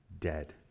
dead